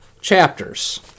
chapters